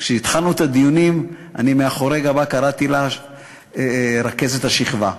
כשהתחלנו את הדיונים אני מאחורי גבה קראתי לה "רכזת השכבה",